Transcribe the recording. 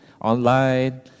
online